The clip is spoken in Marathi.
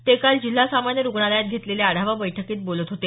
ते काल जिल्हा सामान्य रुग्णालयात घेतलेल्या आढावा बैठकीत बोलत होते